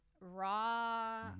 raw